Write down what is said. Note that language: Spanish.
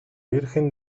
virgen